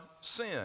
sin